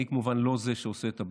אני כמובן לא זה שעושה את הבדיקה.